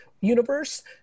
universe